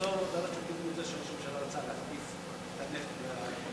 שראש הממשלה רצה להחליף את הדלק.